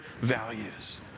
values